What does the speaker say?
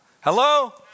hello